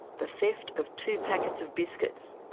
the theft of two packets of biscuits.